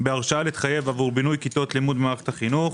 בהרשאה להתחייב עבור בינוי כיתות לימוד במערכת החינוך,